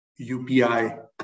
UPI